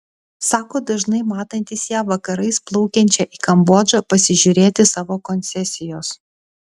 sako dažnai matantis ją vakarais plaukiančią į kambodžą pasižiūrėti savo koncesijos